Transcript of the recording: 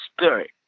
spirit